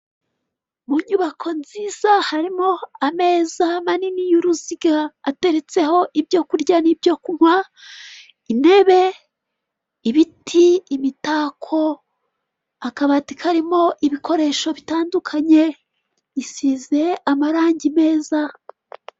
Mu nyubako nziza, harimo ameza manini y'uruziga, ateretseho ibyo kurya n'ibyo kunywa, intebe, ibiti, imitako, akabati karimo ibikoresho bitandukanye. Isize amarangi meza.